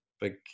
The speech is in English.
big